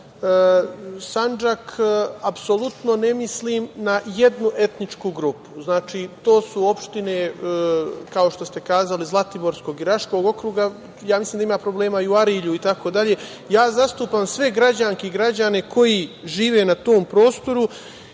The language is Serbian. Sandžak, apsolutno ne mislim na jednu etničku grupu. Znači, to su opštine, kao što ste kazali Zlatiborskog i Raškog okruga. Mislim da ima problema i u Arilju itd. Zastupam sve građanke i građane koji žive na tom prostoru,